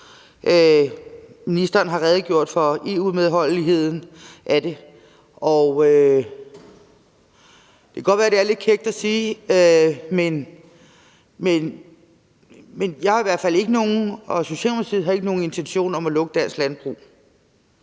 Ministeren har redegjort for EU-medholdeligheden af det. Det kan godt være, at det er lidt kækt at sige, men jeg og Socialdemokratiet har i hvert fald ikke nogen intention om at lukke dansk landbrug.